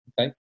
Okay